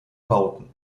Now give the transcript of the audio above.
bauten